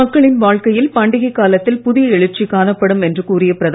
மக்களின் வாழ்க்கையில் பண்டிகை காலத்தில் புதிய எழுச்சி காணப்படும் என்று கூறிய திரு